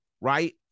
right